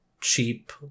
cheap